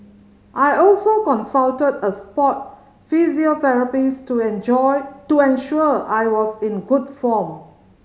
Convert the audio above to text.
I also consulted a sport physiotherapist to enjoy to ensure I was in good form